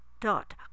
dot